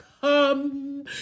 come